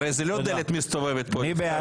הרי זה לא דלת מסתובבת פה, נבצרות.